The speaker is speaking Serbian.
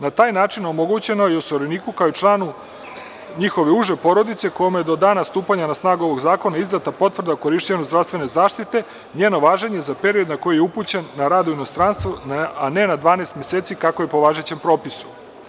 Na taj način omogućeno je osiguraniku, kao i članu njihove uže porodice, kome je do dana stupanja na snagu ovog zakona izdata potvrda o korišćenju zdravstvene zaštite, njeno važenje za period na koji je upućen na rad u inostranstvo, a ne na 12 meseci kako je po važećem propisu.